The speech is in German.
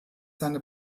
seine